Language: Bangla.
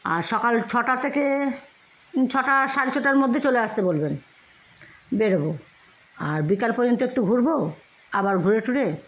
আর সকাল ছটা থেকে ছটা সাড়ে ছটার মধ্যে চলে আসতে বলবেন বেরবো আর বিকাল পর্যন্ত একটু ঘুরব আবার ঘুরে টুরে